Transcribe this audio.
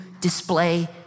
display